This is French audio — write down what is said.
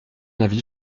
avis